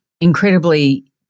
incredibly